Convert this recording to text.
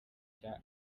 cya